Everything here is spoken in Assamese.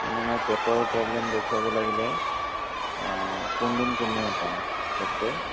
মানে মই পেটৰ প্ৰব্লেম দেখুৱাব লাগিলে কোন দিন কোন দিনা পাম ডক্তৰ